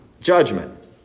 judgment